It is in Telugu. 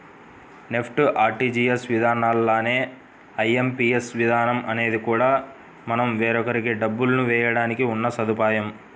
నెఫ్ట్, ఆర్టీజీయస్ విధానాల్లానే ఐ.ఎం.పీ.ఎస్ విధానం అనేది కూడా మనం వేరొకరికి డబ్బులు వేయడానికి ఉన్న సదుపాయం